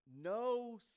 no